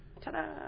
ta-da